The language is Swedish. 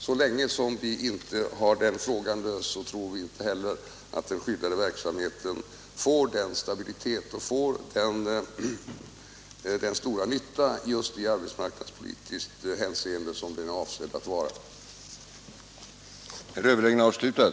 Så länge den frågan inte är löst tror vi inte heller att den skyddade verksamheten får den stabilitet och gör den stora nytta i arbetsmarknadspolitiskt hänseende som vi önskar.